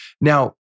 now